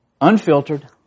Unfiltered